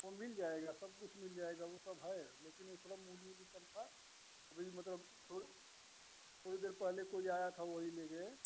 वो मिल जायेगा सब कुछ मिल जायेगा वो सब है लेकिन इस बार मूली भी कम था वही मतलब थोड़ी थोड़ी देर पहले कोई आया था वो ही लेने